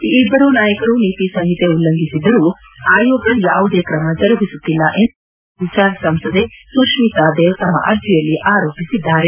ಈ ಇಬ್ಬರೂ ನಾಯಕರು ನೀತಿ ಸಂಹಿತೆ ಉಲ್ಲಂಘಿಸಿದ್ದರೂ ಆಯೋಗ ಯಾವುದೇ ಕ್ರಮ ಜರುಗಿಸುತ್ತಿಲ್ಲ ಎಂದು ಅಸ್ಸಾಂನ ಸಿಲ್ಚಾರ್ ಸಂಸದೆ ಸುಷ್ಮಿತಾ ದೇವ್ ತಮ್ಮ ಅರ್ಜಿಯಲ್ಲಿ ಆರೋಪಿಸಿದ್ದಾರೆ